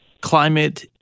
climate